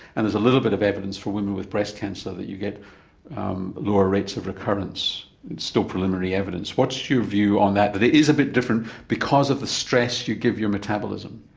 and there's a little bit of evidence for women with breast cancer that you get lower rates of recurrence. it's still preliminary evidence. what's your view on that, that it is a bit different because of the stress you give your metabolism?